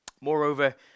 Moreover